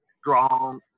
strong